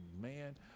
man